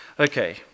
Okay